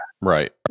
Right